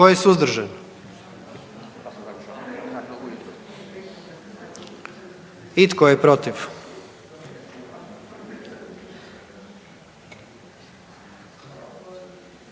Tko je suzdržan? I tko je protiv?